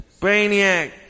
Brainiac